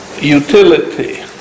utility